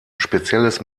spezielles